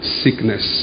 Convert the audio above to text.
sickness